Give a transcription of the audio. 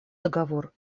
договор